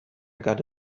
got